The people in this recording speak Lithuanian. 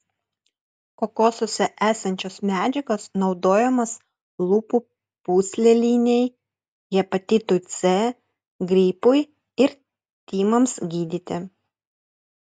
kokosuose esančios medžiagos naudojamos lūpų pūslelinei hepatitui c gripui ir tymams gydyti